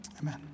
amen